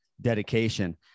dedication